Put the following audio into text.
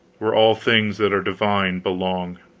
where all things that are divine belong.